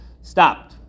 Stopped